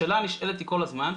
השאלה הנשאלת היא כל הזמן,